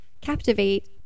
Captivate